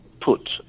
put